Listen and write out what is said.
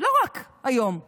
לא רק היום בקורונה,